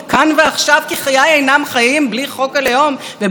ובלי חוק הלאום בכלל יקרוס כל המפעל הציוני.